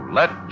let